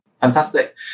Fantastic